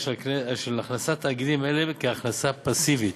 של הכנסת תאגידים אלו כהכנסה פסיבית.